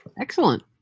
Excellent